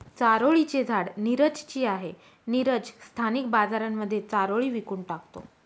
चारोळी चे झाड नीरज ची आहे, नीरज स्थानिक बाजारांमध्ये चारोळी विकून टाकतो